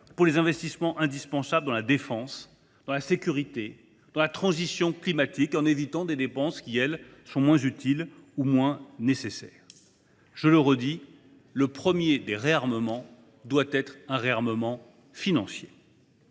pour les investissements indispensables dans la défense, dans la sécurité, dans la transition climatique, en évitant des dépenses moins utiles ou moins nécessaires. Le premier des réarmements doit être le réarmement financier.